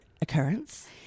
occurrence